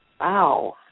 wow